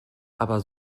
aber